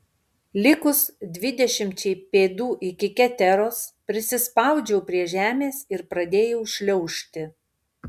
likus dvidešimčiai pėdų iki keteros prisispaudžiau prie žemės ir pradėjau šliaužti